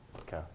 Okay